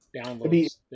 downloads